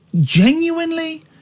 genuinely